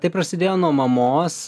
tai prasidėjo nuo mamos